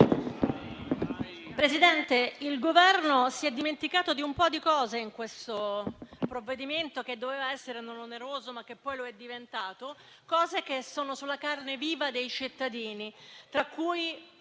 Presidente, il Governo si è dimenticato di un po' di cose in questo provvedimento, che doveva essere non oneroso, ma che poi lo è diventato; cose che incidono sulla carne viva dei cittadini, tra cui